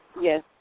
Yes